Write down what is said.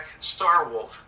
Starwolf